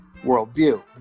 worldview